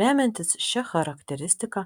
remiantis šia charakteristika